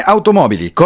Automobili